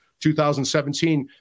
2017